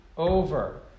Over